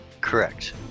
Correct